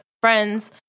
friends